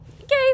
Okay